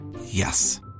Yes